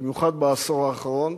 במיוחד בעשור האחרון,